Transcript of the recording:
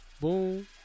boom